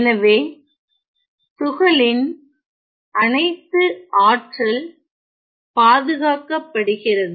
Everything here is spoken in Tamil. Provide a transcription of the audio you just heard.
எனவே துகளின் அனைத்து ஆற்றல் பாதுகாக்கப்படுகிறது